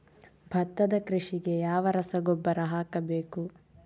ಭತ್ತದ ಕೃಷಿಗೆ ಯಾವ ರಸಗೊಬ್ಬರ ಹಾಕಬೇಕು?